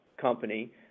company